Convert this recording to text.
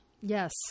Yes